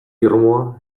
irmoa